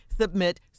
Submit